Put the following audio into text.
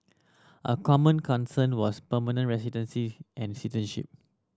a common concern was permanent residency and citizenship